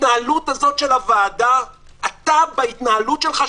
אתה בהתנהלות שלך,